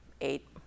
eight